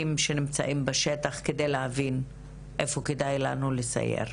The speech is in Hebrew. שנמצאים בשטח כדי להבין איפה כדאי לנו לסייר.